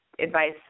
advice